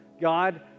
God